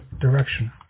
direction